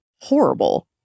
horrible